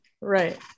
Right